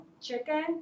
chicken